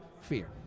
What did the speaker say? fear